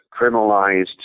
criminalized